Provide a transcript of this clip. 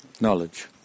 Knowledge